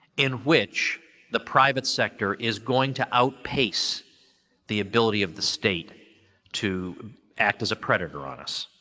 in which the private sector is going to outpace the ability of the state to act as a predator on us.